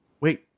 Wait